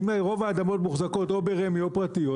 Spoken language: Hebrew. אם רוב האדמות מוחזקות או ברמ"י או פרטיות,